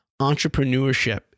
entrepreneurship